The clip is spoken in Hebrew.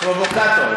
פרובוקטור.